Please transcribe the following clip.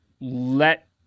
let